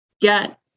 get